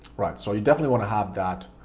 right, so you definitely want to have that,